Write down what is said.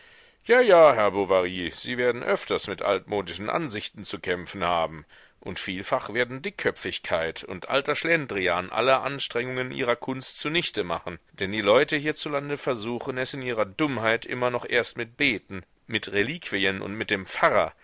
ja ja herr bovary sie werden öfters mit altmodischen ansichten zu kämpfen haben und vielfach werden dickköpfigkeit und alter schlendrian alle anstrengungen ihrer kunst zunichte machen denn die leute hierzulande versuchen es in ihrer dummheit immer noch erst mit beten mit reliquien und mit dem pfarrer